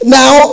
Now